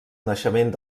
naixement